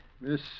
Miss